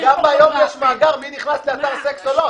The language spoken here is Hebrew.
אבל גם היום יש מאגר מי נכנס לאתר סקס או לא.